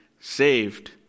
saved